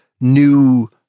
new